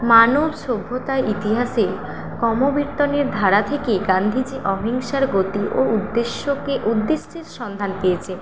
মানব সভ্যতার ইতিহাসে ধারা থেকে গান্ধীজি অহিংসার গতি ও উদ্দেশ্যকে উদ্দেশ্যের সন্ধান পেয়েছে